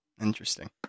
interesting